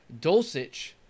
Dulcich